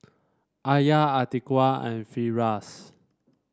Alya Atiqah and Firash